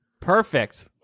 Perfect